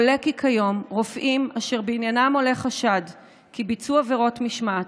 עולה כי כיום רופאים אשר בעניינם עולה חשד כי ביצעו עבירות משמעת,